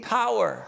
power